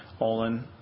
Olin